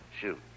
Shoot